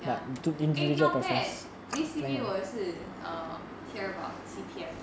ya eh not bad these few days 我也是 err hear about C_P_F talk